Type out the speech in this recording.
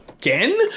again